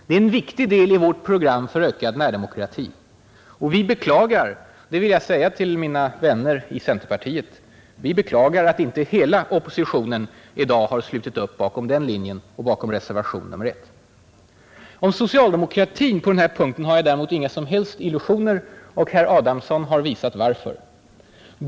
Det är en viktig del i vårt program för ökad närdemokrati. Vi beklagar, det vill jag säga till mina vänner i centerpartiet, att inte hela oppositionen i dag har slutit upp bakom den linjen och bakom reservationen 1. Om socialdemokratin har jag däremot inga som helst illusioner på denna punkt, och herr Adamsson har visat varför.